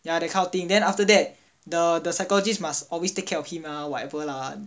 yeah that kind of thing then after that the the psychologist must always take care of him ah whatever lah